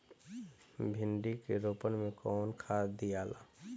भिंदी के रोपन मे कौन खाद दियाला?